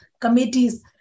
committees